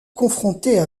confronter